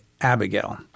Abigail